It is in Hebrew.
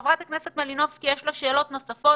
לחברת הכנסת מלינובסקי יש שאלות נוספות